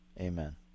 Amen